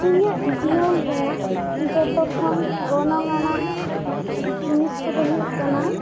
ᱤᱧᱟᱹᱜ ᱡᱤᱭᱚᱱ ᱨᱮᱱᱟᱜ ᱡᱚᱛᱚ ᱠᱷᱚᱱ ᱜᱚᱱᱚᱝ ᱟᱱᱟᱜ ᱡᱤᱱᱤᱥ ᱠᱚ ᱫᱚ ᱦᱩᱭᱩᱜ ᱠᱟᱱᱟ